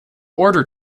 order